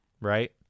right